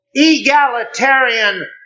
egalitarian